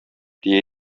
тия